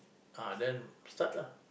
ah then start lah